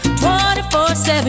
24/7